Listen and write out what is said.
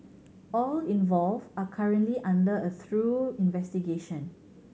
all involved are currently under a through investigation